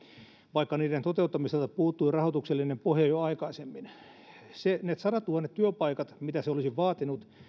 vaikka niiden toteuttamiselta puuttui rahoituksellinen pohja jo aikaisemmin ne sadattuhannet työpaikat mitä se olisi vaatinut